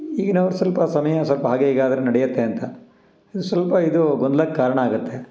ಈಗಿನವರು ಸ್ವಲ್ಪ ಸಮಯ ಸ್ವಲ್ಪ ಹಾಗೆ ಹೀಗೆ ಆದರೆ ನಡೆಯುತ್ತೆ ಅಂತ ಅದು ಸ್ವಲ್ಪ ಇದು ಗೊಂದ್ಲಕ್ಕೆ ಕಾರಣ ಆಗುತ್ತೆ